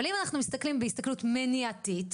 אבל אם אנחנו מסתכלים בהסתכלות מניעתית,